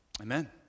amen